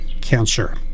Cancer